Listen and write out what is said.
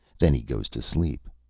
then he goes to sleep.